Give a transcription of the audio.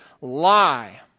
lie